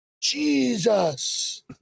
Jesus